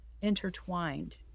intertwined